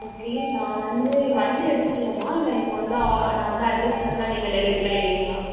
okay நான் வந்து வந்து எடுத்துக்கலாமா இல்லை நீங்கள் வந்து நான் வந்து அட்ரெஸ் அனுப்புன்னா நீங்கள் டெலிவரி பண்ணிடுவிங்களா